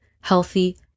healthy